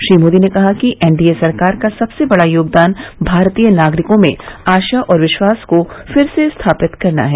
श्री मोदी ने कहा कि एन डी ए सरकार का सबसे बड़ा योगदान भारतीय नागरिकों में आशा और विश्वास को फिर से स्थापित करना है